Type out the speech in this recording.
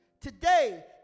Today